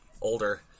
older